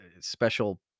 special